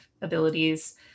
abilities